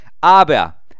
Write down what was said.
Aber